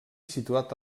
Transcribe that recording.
situat